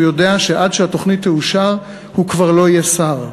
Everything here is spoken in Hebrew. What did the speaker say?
יודע שעד שהתוכנית תאושר הוא כבר לא יהיה שר?